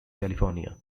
california